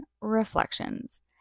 Reflections